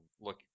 look